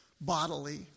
bodily